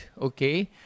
okay